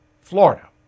Florida